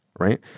Right